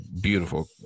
beautiful